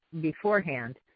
beforehand